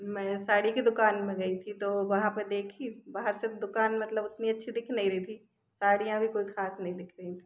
मैं साड़ी की दुकान में गई थी तो वहाँ पे देखी बाहर से दुकान में मतलब उतनी अच्छी दिख नहीं रही थी साड़ियाँ भी कोई खास नहीं दिख रही